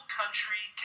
country